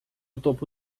topo